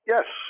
Yes